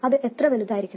അത് എത്ര വലുതായിരിക്കണം